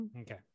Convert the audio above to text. Okay